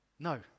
No